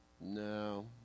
No